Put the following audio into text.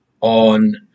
on